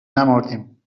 نمردیم